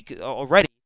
already